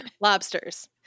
Lobsters